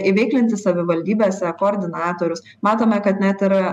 įveiklinti savivaldybėse koordinatorius matome kad net ir